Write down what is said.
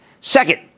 Second